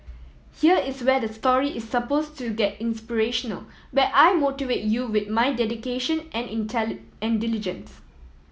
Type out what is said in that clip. here is where the story is suppose to get inspirational where I motivate you with my dedication and and diligence